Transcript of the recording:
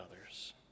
others